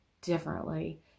differently